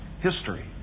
history